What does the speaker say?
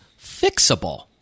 fixable